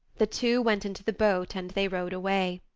the two went into the boat and they rowed away.